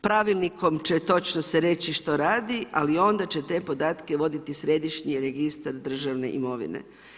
Pravilnikom se točno se reći što radi, ali onda će te podatke voditi Središnji registar državne imovine.